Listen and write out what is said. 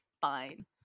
fine